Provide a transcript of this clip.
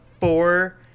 four